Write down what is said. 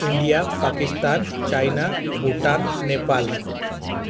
India Pakistan China Bhutan Nepal